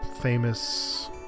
famous